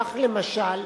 כך, למשל,